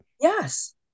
Yes